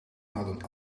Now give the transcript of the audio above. hadden